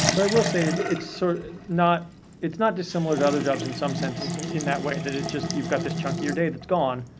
but, i will say, it's sort of not it's not dissimilar to other jobs in some sense in that way, that it just-you've got this chunk your day that's gone,